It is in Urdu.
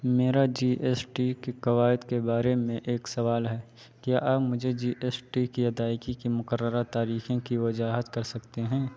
میرا جی ایس ٹی کے کواعد کے بارے میں ایک سوال ہے کیا آپ مجھے جی ایس ٹی کی ادائیگی کی مقررہ تاریخوں کی وضاحت کر سکتے ہیں